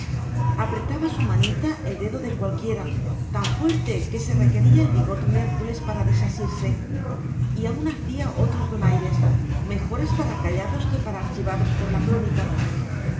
apretaba con su manita el dedo de cualquiera tan fuerte que se requería el vigor de un hércules para desasirse y aún hacía otros donaires mejores para callados que para archivados por la crónica